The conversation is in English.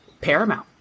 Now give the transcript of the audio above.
paramount